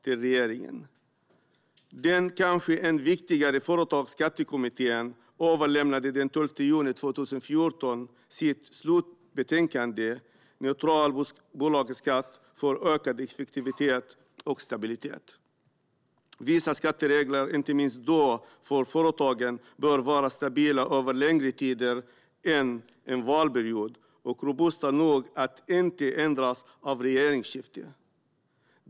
Den kanske än viktigare Företagsskattekommittén överlämnade den 12 juni 2014 sitt slutbetänkande Neutral bolagsskatt - för ökad effektivitet och stabilitet . Vissa skatteregler, inte minst för företagen, bör vara stabila över längre tid än en valperiod och robusta nog att inte ändras av ett regeringsskifte.